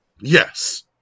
Yes